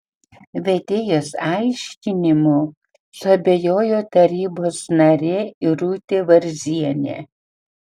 vedėjos aiškinimu suabejojo tarybos narė irutė varzienė